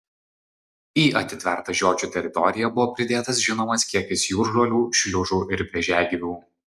į atitvertą žiočių teritoriją buvo pridėtas žinomas kiekis jūržolių šliužų ir vėžiagyvių